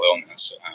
illness